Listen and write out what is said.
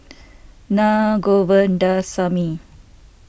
Naa Govindasamy